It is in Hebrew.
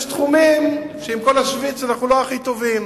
יש תחומים שעם כל ה"שוויץ" אנחנו לא הכי טובים.